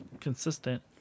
consistent